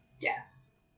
Yes